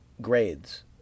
grades